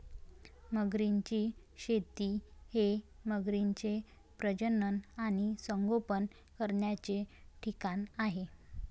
मगरींची शेती हे मगरींचे प्रजनन आणि संगोपन करण्याचे ठिकाण आहे